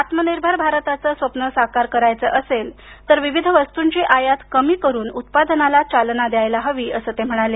आत्मनिर्भर भारताचं स्वप्न साकार करायचं असेल तर विविध वस्तूंची आयात कमी करून उत्पादनाला चालना द्यायला हवी अस ते म्हणाले